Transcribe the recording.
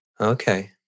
Okay